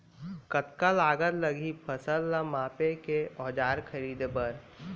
कतका लागत लागही फसल ला मापे के औज़ार खरीदे बर?